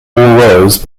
rows